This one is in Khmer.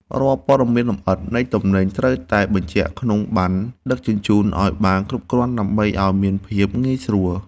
រាល់ព័ត៌មានលម្អិតនៃទំនិញត្រូវតែបញ្ជាក់ក្នុងប័ណ្ណដឹកជញ្ជូនឱ្យបានគ្រប់គ្រាន់ដើម្បីឱ្យមានភាពងាយស្រួល។